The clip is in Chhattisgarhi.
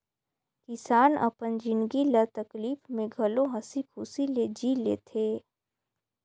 किसान अपन जिनगी ल तकलीप में घलो हंसी खुशी ले जि ले थें